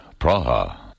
Praha